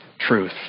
truth